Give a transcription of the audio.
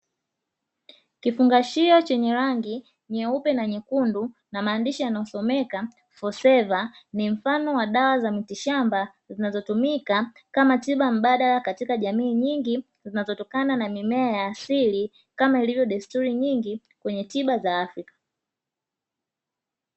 Kifungashio chenye rangi nyeupe na nyekundu na maandishi yanayosomeka "for server", ni mfano wa dawa za mitishamba zinazotumika kama tiba mbadala katika jamii nyingi zinazotokana na mimea ya asili kama ilivyo desturi nyingi kwenye tiba za Afrika.